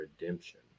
Redemption